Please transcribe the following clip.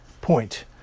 point